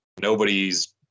nobody's –